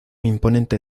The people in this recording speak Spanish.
imponente